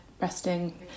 resting